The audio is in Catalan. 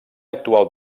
actual